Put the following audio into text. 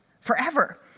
forever